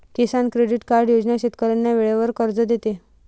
किसान credit card योजना शेतकऱ्यांना वेळेवर कर्ज देते